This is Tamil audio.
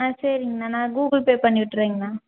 ஆ சரிங்கண்ணா நான் கூகுள் பே பண்ணி விட்டுறங்கண்ணா